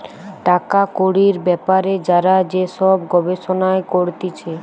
টাকা কড়ির বেপারে যারা যে সব গবেষণা করতিছে